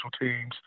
teams